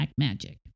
Blackmagic